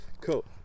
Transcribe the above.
Cool